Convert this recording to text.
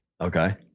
Okay